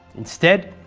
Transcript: instead,